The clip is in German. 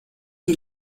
die